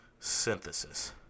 synthesis